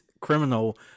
criminal